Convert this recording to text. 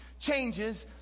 changes